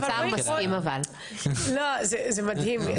זה מדהים.